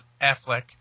Affleck